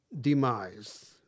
demise